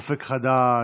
אופק חדש,